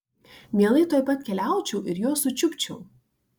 mielai tuoj pat keliaučiau ir juos sučiupčiau